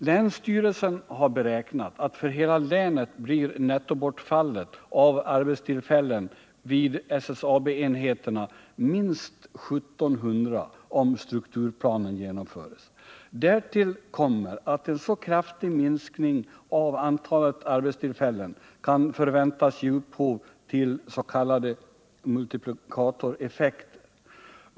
Länsstyrelsen har beräknat att för hela länet blir nettobortfallet av arbetstillfällen vid SSAB-enheterna minst 1 700 om strukturplanen genomförs. Därtill kommer att en så kraftig minskning av antalet arbetstillfällen kan förväntas ge upphov till s.k. multiplikatoreffekter.